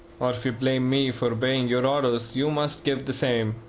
or if you blame me for obeying your orders, you must give the same.